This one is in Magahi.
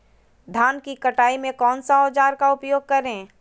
धान की कटाई में कौन सा औजार का उपयोग करे?